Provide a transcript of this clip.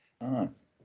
Nice